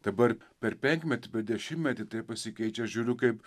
dabar per penkmetį per dešimtmetį taip pasikeičia žiūriu kaip